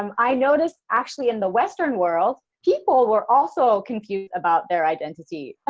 um i noticed actually in the western world, people were also confused about their identity.